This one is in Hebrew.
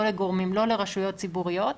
לא לרשויות ציבוריות.